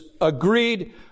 agreed